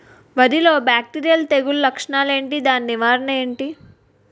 వరి లో బ్యాక్టీరియల్ తెగులు లక్షణాలు ఏంటి? దాని నివారణ ఏంటి?